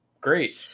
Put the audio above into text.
great